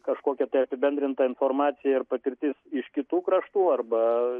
kažkokia apibendrinta informacija ir patirtis iš kitų kraštų arba